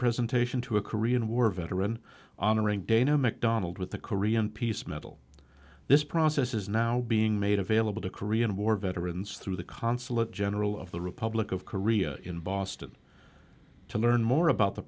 presentation to a korean war veteran honoring dana macdonald with the korean peace medal this process is now being made available to korean war veterans through the consulate general of the republic of korea in boston to learn more about the